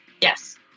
Yes